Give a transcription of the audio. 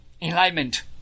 Enlightenment